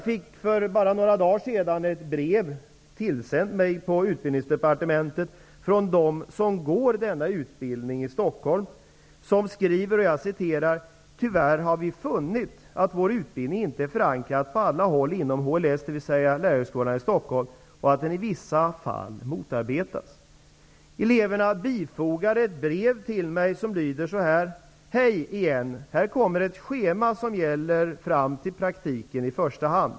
För några dagar sedan fick jag ett brev mig tillsänt på utbildningsdepartementet från dem som går denna utbildning i Stockholm. De skriver: Tyvärr har vi funnit att vår utbildning inte är förankrad på alla håll inom HLS, dvs. Lärarhögskolan i Stockholm, och att den i vissa fall motarbetas. Eleverna bifogar ett brev till mig som lyder: Hej igen! Här kommer ett schema som gäller fram till praktiken i första hand.